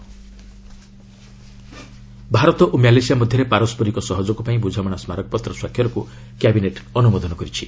cabinet MOU Bharat ଓ Malaysia ମଧ୍ୟରେ ପାରସ୍କରିକ ସହଯୋଗ ପାଇଁ ବୁଝାମଣା ସ୍କାରକପତ୍ର ସ୍ୱାକ୍ଷରକୁ କ୍ୟାବିନେଟ୍ ଅନୁମୋଦନ କରିଛି